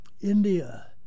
India